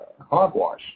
hogwash